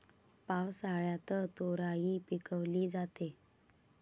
पावसाळ्यात तोराई पिकवली जाते